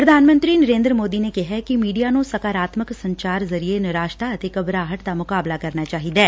ਪ੍ਰਧਾਨ ਮੰਤਰੀ ਨਰੇਦਰ ਮੋਦੀ ਨੇ ਕਿਹੈ ਕਿ ਮੀਡੀਆ ਨੂੰ ਸਕਾਰਾਤਮਕ ਸੰਚਾਰ ਜ਼ਰੀਏ ਨਿਰਾਸ਼ਤਾ ਅਤੇ ਘਬਰਾਹਟ ਦਾ ਮੁਕਾਬਲਾ ਕਰਨਾ ਚਾਹੀਦੈ